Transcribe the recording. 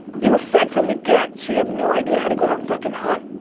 you were fed from the get so you have no idea how to go out and fucking hunt.